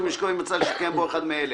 במשקו אם מצאה שהתקיים בו אחד מאלה: